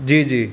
जी जी